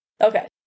okay